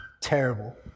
terrible